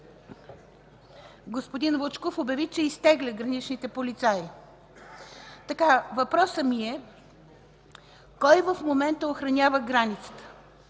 господин Вучков обяви, че изтегля граничните полицаи. Въпросът ми е: кой в момента охранява границата?